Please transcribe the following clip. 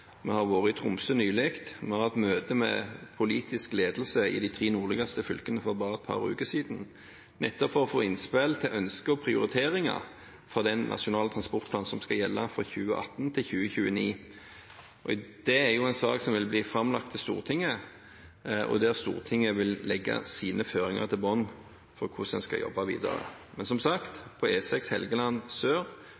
Vi har vært i Tromsø nylig. Vi har hatt møte med politisk ledelse i de tre nordligste fylkene for bare et par uker siden, nettopp for å få innspill til ønsker og prioriteringer på den nasjonale transportplanen som skal gjelde fra 2018 til 2029. Det er en sak som vil bli framlagt for Stortinget, og der Stortinget vil legge sine føringer til grunn for hvordan en skal jobbe videre. Men som sagt: